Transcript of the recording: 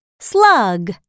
Slug